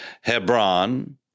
Hebron